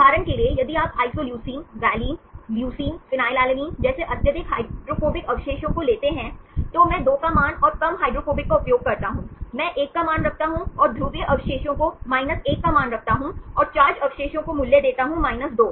उदाहरण के लिए यदि आप आइसोल्यूसिन वेलिन ल्यूसीन फेनिलएलनिन जैसे अत्यधिक हाइड्रोफोबिक अवशेषों को लेते हैं तो मैं 2 का मान और कम हाइड्रोफोबिक का उपयोग करता हूं मैं 1 का मान रखता हूं और ध्रुवीय अवशेषों को 1 का मान रखता हूं और चार्ज अवशेषों का मूल्य देता हूं 2